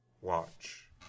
watch